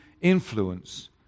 influence